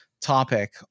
topic